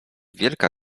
wielka